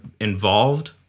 involved